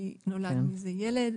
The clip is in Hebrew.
כי נולד מזה ילד,